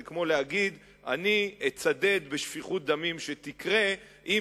זה כמו להגיד: אני אצדד בשפיכות דמים שתקרה אם